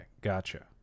gotcha